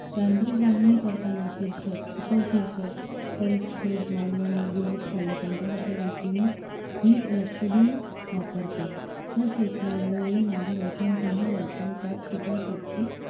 तांत्रिक बांधणी करताना शीर्षक उपशीर्षक परिच्छेद मांडणी बुलेट पॉईंट यांच्यासारख्या गोष्टी मी नीट लक्ष देऊन वापरते तसेच मी वेळोवेळी माझं लेखन पुन्हा वाचून त्यात चुका शोधते